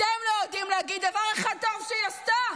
אתם לא יודעים להגיד דבר אחד טוב שהיא עשתה.